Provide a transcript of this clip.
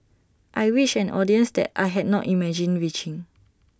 I reached an audience that I had not imagined reaching